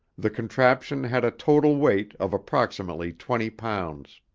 the contraption had a total weight of approximately twenty pounds.